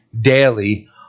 daily